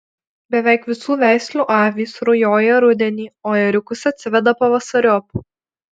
beveik visų veislių avys rujoja rudenį o ėriukus atsiveda pavasariop